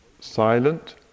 silent